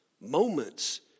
Moments